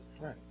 Right